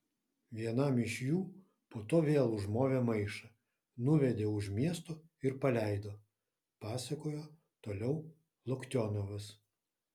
vienam iš jų po to vėl užmovė maišą nuvedė už miesto ir paleido pasakojo toliau loktionovas